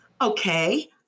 Okay